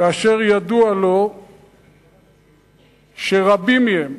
כאשר ידוע לו שרבים מהם,